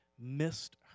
missed